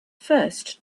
first